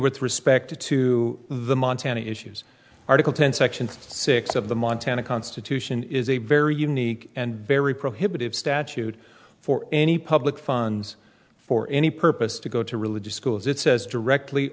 with respect to the montana issues article ten section six of the montana constitution is a very unique and very prohibitive statute for any public funds for any purpose to go to religious schools it says directly